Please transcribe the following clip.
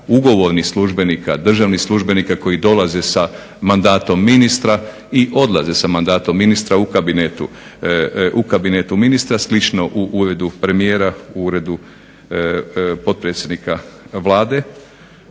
ugovornih službenika, državnih službenika koji dolaze sa mandatom ministra i odlaze sa mandatom ministra u kabinetu ministra, slično u uredu premijera, u uredu potpredsjednika Vlade